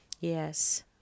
Yes